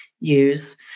Use